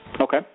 Okay